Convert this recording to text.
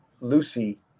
Lucy